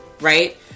right